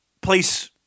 place